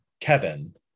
kevin